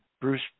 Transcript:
Bruce